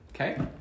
okay